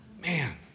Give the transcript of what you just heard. man